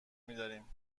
میداریم